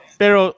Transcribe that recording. pero